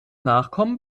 nachkommen